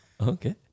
Okay